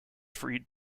freed